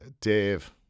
Dave